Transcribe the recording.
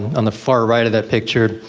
on the far right of that picture,